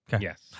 yes